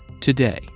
today